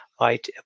right